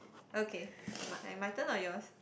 okay but and my turn or yours